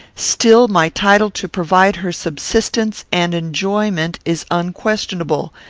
still my title to provide her subsistence and enjoyment is unquestionable.